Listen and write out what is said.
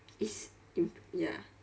it's im~ ya